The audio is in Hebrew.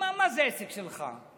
מה זה עסק שלך?